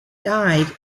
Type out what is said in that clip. died